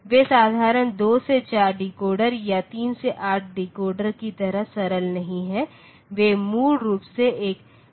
वे साधारण 2 से 4 डिकोडर या 3 से 8 डिकोडर की तरह सरल नहीं हैं वे मूल रूप से एक फयनाईट स्टेट मशीनहैं